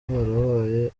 harabaye